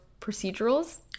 procedurals